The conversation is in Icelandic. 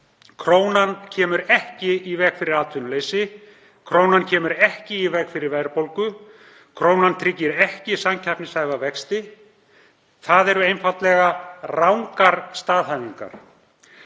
Krónan kemur ekki í veg fyrir atvinnuleysi. Krónan kemur ekki í veg fyrir verðbólgu. Krónan tryggir ekki samkeppnishæfa vexti. Það eru einfaldlega rangar staðhæfingar.